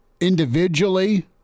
individually